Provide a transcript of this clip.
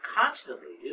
constantly